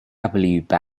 badger